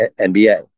NBA